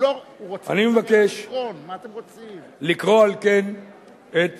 אני מבקש לקרוא, על כן, את